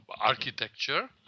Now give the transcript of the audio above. architecture